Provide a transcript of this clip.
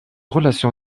relation